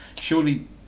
Surely